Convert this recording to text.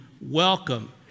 welcome